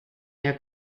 year